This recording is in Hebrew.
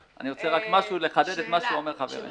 אני רוצה רק לחדד את מה שאומר חברי.